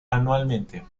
anualmente